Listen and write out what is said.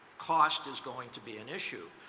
cost is going to be an issue.